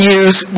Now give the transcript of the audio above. use